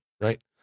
Right